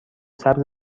سبز